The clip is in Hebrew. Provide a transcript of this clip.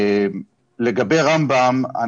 לגבי רמב"ם,